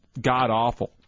god-awful